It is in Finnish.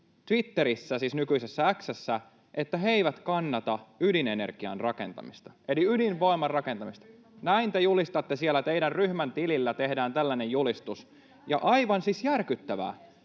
Twitterissä, siis nykyisessä X:ssä, että he eivät kannata ydinenergian rakentamista eli ydinvoiman rakentamista. [Välihuutoja vihreiden ryhmästä] Näin te julistatte. Siellä teidän ryhmännne tilillä tehdään tällainen julistus, aivan siis järkyttävää.